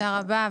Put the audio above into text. תודה רבה.